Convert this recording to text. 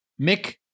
mick